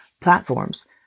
platforms